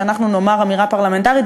שאנחנו נאמר אמירה פרלמנטרית,